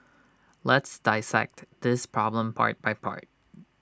let's dissect this problem part by part